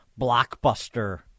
blockbuster